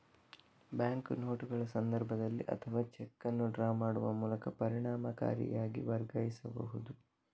bank ನೋಟುಗಳ ಸಂದರ್ಭದಲ್ಲಿ ಅಥವಾ ಚೆಕ್ ಅನ್ನು ಡ್ರಾ ಮಾಡುವ ಮೂಲಕ ಪರಿಣಾಮಕಾರಿಯಾಗಿ ವರ್ಗಾಯಿಸಬಹುದು